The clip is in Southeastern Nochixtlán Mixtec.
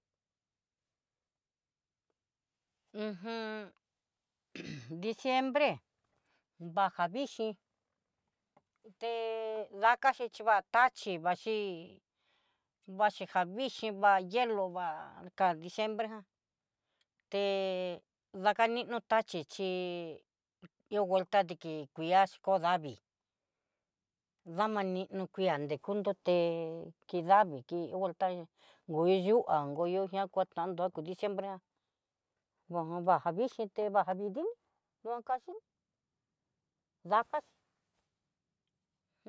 ciembre bajá vixhii té dakaxhichi va'a taxhí, vaxhi vaxhi ja vixhi va ihelo vaá ka diembre já, te dakani taxhi chí ihó vuelta diki kuilixhi kó davi, damani nukuan nde kundo té ki davii ki vuelta nguiyuá goyonya kuatando ku diciembre ja vixhi baja vi dini nguakanxhini dakaxi.